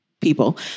people